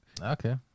Okay